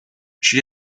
she